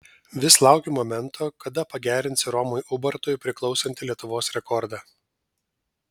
vis laukiu momento kada pagerinsi romui ubartui priklausantį lietuvos rekordą